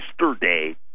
Yesterday